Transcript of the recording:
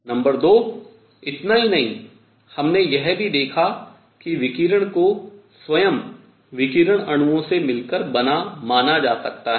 number 2 इतना ही नहीं हमने यह भी देखा कि विकिरण को स्वयं विकिरण अणुओं से मिलकर बना माना जा सकता है